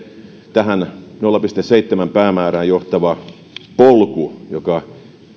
tähän nolla pilkku seitsemän päämäärään johtava polku joka